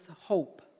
hope